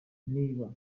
niba